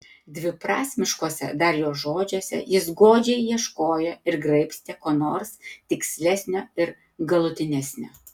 dviprasmiškuose dar jo žodžiuose jis godžiai ieškojo ir graibstė ko nors tikslesnio ir galutinesnio